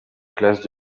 classe